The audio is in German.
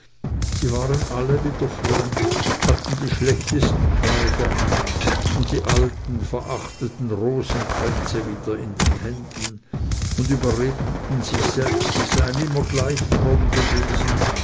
sie waren alle wieder fromm hatten die schlechtesten kleider an und die alten verachteten rosenkränze wieder in den händen und überredeten sich selbst sie seien immer gleich fromm gewesen